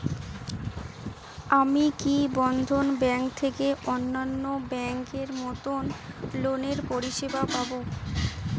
আমি কি বন্ধন ব্যাংক থেকে অন্যান্য ব্যাংক এর মতন লোনের পরিসেবা পাব?